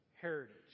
heritage